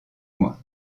mois